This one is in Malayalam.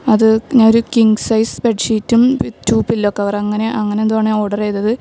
അത് ഞാ ഒര് കിങ് സൈസ് ബെഡ്ഷീറ്റും വിത്ത് ടു പില്ലോ കവറ് അങ്ങനെ അങ്ങനെന്തോ ആണ് ഞാൻ ഓർഡറ് ചെയ്തത്